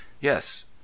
yes